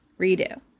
Redo